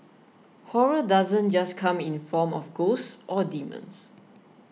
horror doesn't just come in the form of ghosts or demons